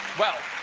well,